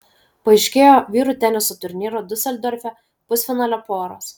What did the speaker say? paaiškėjo vyrų teniso turnyro diuseldorfe pusfinalio poros